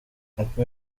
ubwo